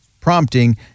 prompting